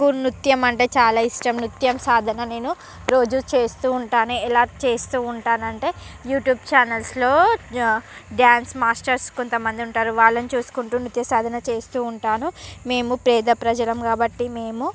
నాకు నృత్యం అంటే చాలా ఇష్టం నృత్యం సాధన నేను రోజు చేస్తూ ఉంటాను ఎలా చేస్తూ ఉంటాను అంటే యూట్యూబ్ చానల్స్లో డ్యాన్స్ మాస్టర్స్ కొంత మంది ఉంటారు వాళ్ళని చూసుకుంటూ నృత్య సాధన చేస్తూ ఉంటాను మేము పేద ప్రజలం కాబట్టి మేము